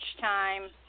time